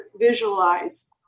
visualize